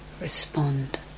Respond